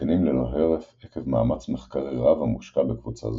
מתעדכנים ללא הרף עקב מאמץ מחקרי רב המושקע בקבוצה זו.